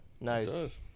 Nice